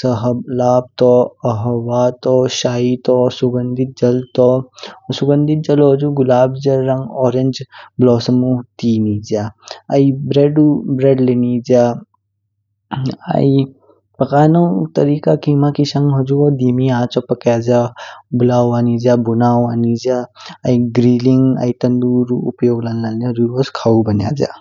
सहब्ब लाब तू, अह्वा तू, शाय तू, सुगंधित जाप तू। सुगंधित जलो गुलाब रंग ऑरेंज ब्लोसमू टी निज्या आई ब्रेडू ब्रेड ले निज्या। आई प्क्यामो त्रिका खिमा किशंग हुजु देमी आंचो प्क्याजा ब्ल्वा निज्या, बुना हुआ निज्या, आई ग्रिलिंग, आई तंदूरू उपयोग लानलान ले हुजुगोस खवू बन्याजा।